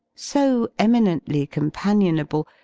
so eminently companionable,